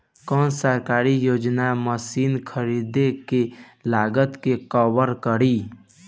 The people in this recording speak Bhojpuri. कौन सरकारी योजना मशीन खरीदले के लागत के कवर करीं?